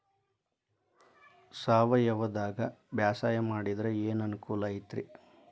ಸಾವಯವದಾಗಾ ಬ್ಯಾಸಾಯಾ ಮಾಡಿದ್ರ ಏನ್ ಅನುಕೂಲ ಐತ್ರೇ?